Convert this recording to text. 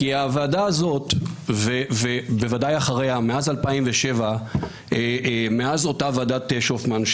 כי הוועדה הזאת ובוודאי אחריה מאז ,2007 מאז אותה ועדת שופמן,